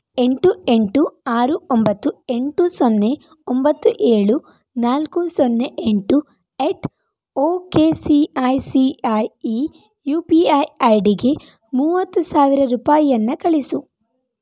ಎಂಟು ಎಂಟು ಆರು ಒಂಬತ್ತು ಎಂಟು ಸೊನ್ನೆ ಒಂಬತ್ತು ಏಳು ನಾಲ್ಕು ಸೊನ್ನೆ ಎಂಟು ಎಟ್ okay C I C I ಈ ಯು ಪಿ ಐ ಐ ಡಿಗೆ ಮೂವತ್ತು ಸಾವಿರ ರೂಪಾಯಿಯನ್ನ ಕಳಿಸು